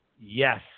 yes